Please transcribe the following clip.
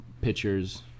pictures